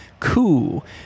cool